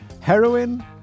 heroin